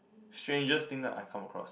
strangest thing that I've come across